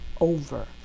over